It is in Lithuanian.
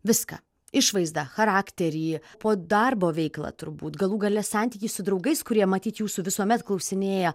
viską išvaizdą charakterį po darbo veiklą turbūt galų gale santykiai su draugais kurie matyt jūsų visuomet klausinėja